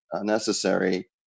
necessary